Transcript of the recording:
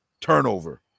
turnover